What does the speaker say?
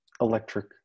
electric